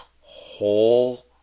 whole